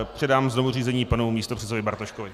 Předám znovu řízení panu místopředsedovi Bartoškovi.